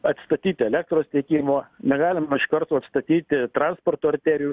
atstatyti elektros tiekimo negalima iš karto atstatyti transporto arterijų